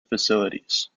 facilities